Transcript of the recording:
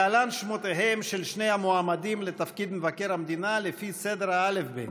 להלן שמותיהם של שני המועמדים לתפקיד מבקר המדינה לפי סדר האל"ף-בי"ת: